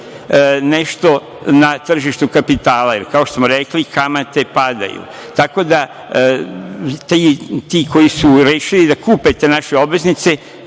nešto na tržištu kapitala, jer kao što smo rekli kamate padaju. Tako da, ti koji su rešili da kupe te naše obveznice